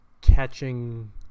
catching